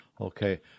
okay